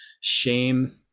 shame